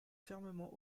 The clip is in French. fermement